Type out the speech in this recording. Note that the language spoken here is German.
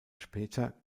später